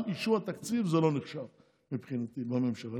גם אישור התקציב זה לא נחשב, מבחינתי, בממשלה.